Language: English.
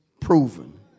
proven